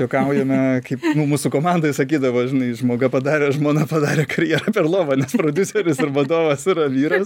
juokaujame kaip mūsų komandoj sakydavo žinai žmoga padarė žmona padarė karjerą per lovą nes prodiuseris ir vadovas yra vyras